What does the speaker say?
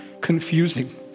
confusing